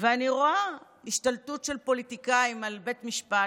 ואני רואה השתלטות של פוליטיקאים על בית משפט.